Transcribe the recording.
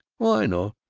oh, i know.